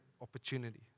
opportunity